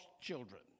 children